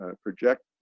project